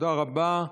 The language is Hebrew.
תודה רבה.